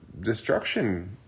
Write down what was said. Destruction